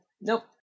nope